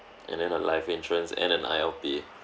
and then a life insurance and an I_L_P